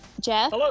Jeff